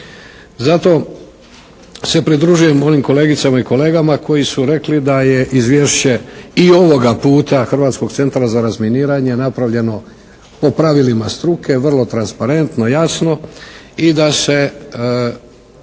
Zato se pridružujem mojim kolegicama i kolegama koji su rekli da je izvješće i ovoga puta Hrvatskog centra za razminiranje napravljeno po pravilima struke vrlo transparentno, jasno i da se